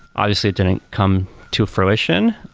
obviously, it didn't come to fruition,